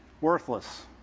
Worthless